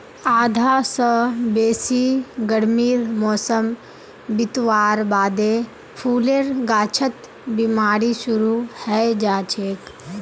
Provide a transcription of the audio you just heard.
आधा स बेसी गर्मीर मौसम बितवार बादे फूलेर गाछत बिमारी शुरू हैं जाछेक